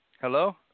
Hello